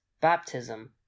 Baptism